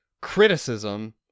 criticism